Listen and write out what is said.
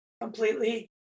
completely